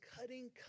cutting